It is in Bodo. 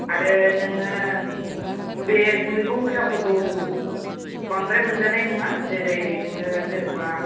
आरो नोङो बे मैगं गोथां फोरखौ बांद्राय मोनजानाय नङा जेरै नोङो जेन'बा